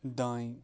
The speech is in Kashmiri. دانہِ